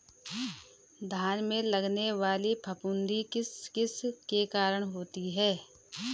धान में लगने वाली फफूंदी किस किस के कारण होती है?